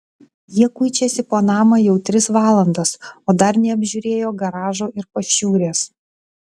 jie kuičiasi po namą jau tris valandas o dar neapžiūrėjo garažo ir pašiūrės